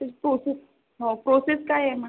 त्याची प्रोसेस हो प्रोसेस काय आहे मग